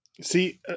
See